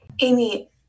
Amy